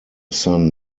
son